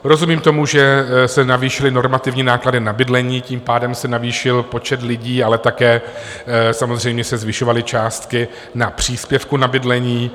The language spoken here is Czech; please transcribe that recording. Rozumím tomu, že se navýšily normativní náklady na bydlení, tím pádem se navýšil počet lidí, ale také samozřejmě se zvyšovaly částky na příspěvku na bydlení.